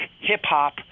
hip-hop